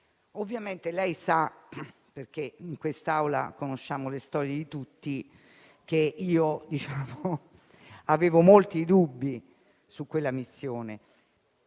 Ovviamente lei sa, dal momento che in quest'Aula conosciamo le storie di tutti, che io avevo molti dubbi su quella missione;